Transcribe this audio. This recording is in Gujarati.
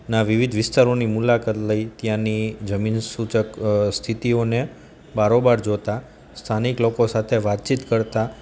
ના વિવિધ વિસ્તારોની મુલાકાત લઈ ત્યાંની જમીન સૂચક સ્થિતિઓને બારોબાર જોતાં સ્થાનિક લોકો સાથે વાતચીત કરતા